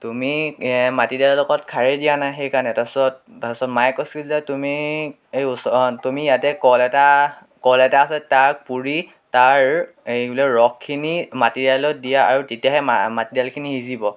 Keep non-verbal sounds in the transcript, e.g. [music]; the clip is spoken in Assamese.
তুমি মাটিদাইলৰ লগত খাৰেই দিয়া নাই সেইকাৰণে তাৰপিছত তাৰপিছত মায়ে কৈছিল যে তুমি [unintelligible] তুমি ইয়াতে কল এটা কল এটা আছে তাক পুৰি তাৰ ৰসখিনি মাটিদাইলত দিয়া আৰু তেতিয়াহে মাটিদাইলখিনি সিজিব